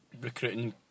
recruiting